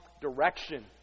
direction